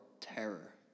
terror